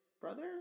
brother